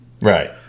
Right